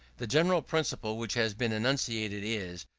the general principle which has been enunciated is,